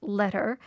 letter